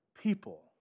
people